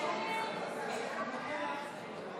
ההצעה להעביר את הצעת חוק-יסוד: